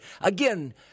Again